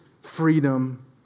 freedom